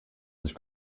sich